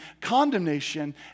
condemnation